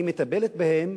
היא מטפלת בהם